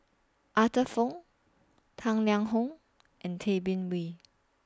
Arthur Fong Tang Liang Hong and Tay Bin Wee